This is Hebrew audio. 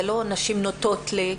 זה לא שנשים נוטות ל-,